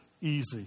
easy